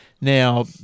Now